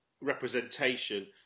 representation